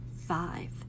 five